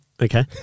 Okay